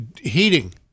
heating